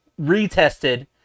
retested